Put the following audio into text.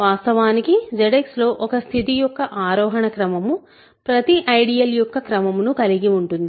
వాస్తవానికి ZX లో ఒక స్థితి యొక్క ఆరోహణ క్రమము ప్రతి ఐడియల్ యొక్క క్రమము ను కలిగి ఉంటుంది